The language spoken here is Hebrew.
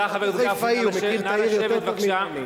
הוא חיפאי, הוא מכיר את העיר יותר טוב ממני.